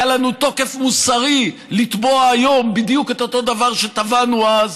היה לנו תוקף מוסרי לתבוע היום בדיוק את אותו דבר שתבענו אז.